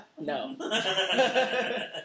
No